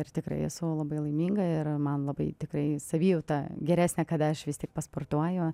ir tikrai esu labai laiminga ir man labai tikrai savijauta geresnė kad aš vis tik pasportuoju